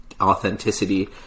authenticity